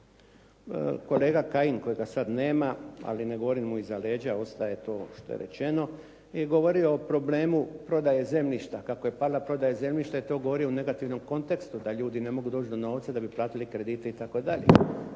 Kolega Kajin kojega sada nema, ali ne govorim mu iza leđa ostaje to što je rečeno je govorio o problemu o prodaji zemljišta, kako je pala prodaja zemljišta i to govori u negativnom kontekstu, da ljudi ne mogu doći do novca da bi platili kredite itd.